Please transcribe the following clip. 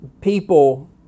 people